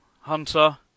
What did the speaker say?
Hunter